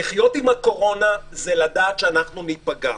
לחיות עם הקורונה זה לדעת שאנחנו ניפגע.